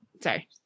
sorry